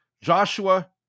Joshua